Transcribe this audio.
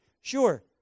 sure